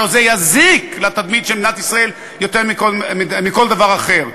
הלוא זה יזיק לתדמית של מדינת ישראל יותר מכל דבר אחר.